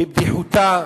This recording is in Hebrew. בבדיחותא,